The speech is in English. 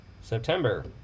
September